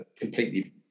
completely